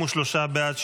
43 בעד.